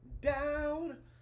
down